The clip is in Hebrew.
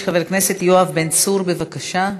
חבר הכנסת יואב בן צור, בבקשה,